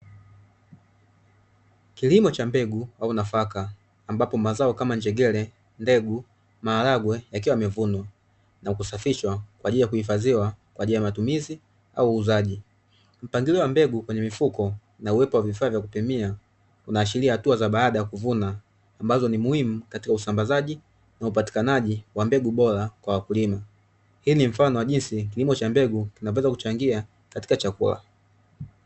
Kilimo cha mbegu au nafaka ambapo mazao kama njegere, ndengu, maharagwe yakiwa yamevunwa na kusafishwa kwa ajili ya kuihifadhiwa kwa ajili ya matumizi au uuzaji. Mpangilio wa mbegu kwenye mifuko na uwepo wa vifaa vya kupimia, unahashiria hatua za baada ya kuvuna ambazo ni muhimu katika usambazaji na upatikanaji wa mbegu bora kwa wakulima. Hii ni mfano wa jinsi kilimo cha mbegu kinapaswa kuchangia katika chakula.